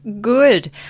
good